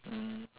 mm